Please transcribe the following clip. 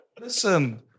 listen